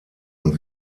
und